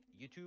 YouTube